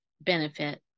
benefit